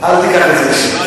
אל תיקח את זה אישית.